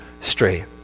stray